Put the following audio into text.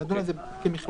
ולכן נדון בזה כמכלול.